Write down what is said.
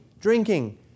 drinking